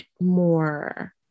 more